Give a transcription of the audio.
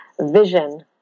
vision